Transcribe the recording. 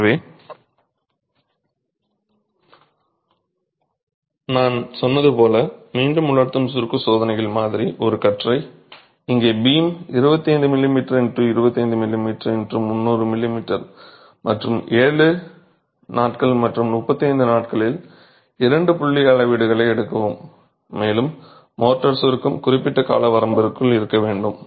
எனவே நான் சொன்னது போல் மீண்டும் உலர்த்தும் சுருக்க சோதனைக்கான மாதிரி ஒரு கற்றை இங்கே beam 25 mm x 25 mm x 300 mm மற்றும் 7 நாட்கள் மற்றும் 35 நாட்களில் இரண்டு புள்ளிகளில் அளவீடுகளை எடுக்கவும் மேலும் மோர்டார் சுருக்கம் குறிப்பிட்ட கால வரம்பிற்குள் இருக்க வேண்டும்